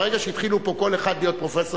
ברגע שהתחילו כל אחד פה להיות פרופסור